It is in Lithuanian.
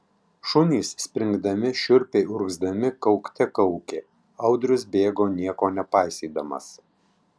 šunys springdami šiurpiai urgzdami kaukte kaukė audrius bėgo nieko nepaisydamas